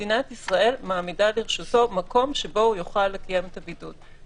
מדינת ישראל מעמידה לרשותו מקום שבו יוכל לקיים את הבידוד.